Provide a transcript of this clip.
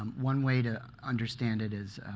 um one way to understand it is,